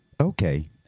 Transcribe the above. Okay